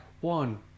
one